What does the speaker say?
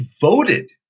voted